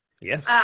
yes